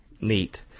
neat